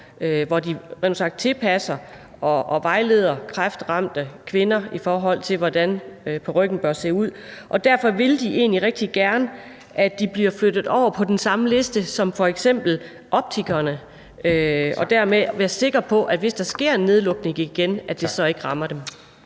parykken og vejleder kræftramte kvinder, i forhold til hvordan parykken bør se ud. Og derfor vil de egentlig rigtig gerne have, at de bliver flyttet over på den samme liste som f.eks. optikerne, og dermed være sikre på, hvis der sker en nedlukning igen, at det så ikke rammer dem.